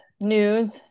news